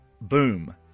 boom